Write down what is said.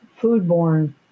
foodborne